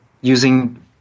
using